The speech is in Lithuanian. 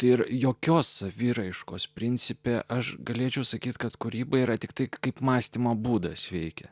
ir jokios saviraiškos principe aš galėčiau sakyti kad kūryba yra tiktai kaip mąstymo būdas veikia